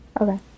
okay